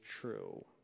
true